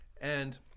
And-